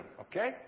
okay